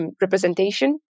representation